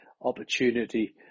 opportunity